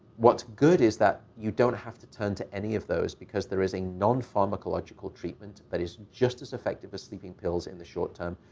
what's good is that you don't have to turn to any of those because there is a non-pharmacological treatment but is just as effective as sleeping pills in the short-term.